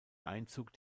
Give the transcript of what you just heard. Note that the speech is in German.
einzug